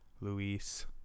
Luis